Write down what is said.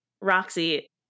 roxy